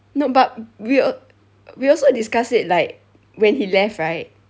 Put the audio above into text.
no but we al~ we also discuss it like when he left right